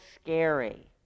scary